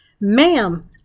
ma'am